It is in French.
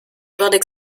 joueurs